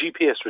GPS